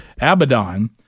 Abaddon